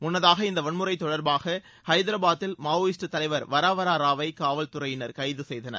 முன்னதாக இந்த வன்முறை தொடர்பாக ஹைதாராபாத்தில் மாவோயிஸ்டு தலைவர் வராவரா ராவை காவல்துறையினர் கைது செய்தனர்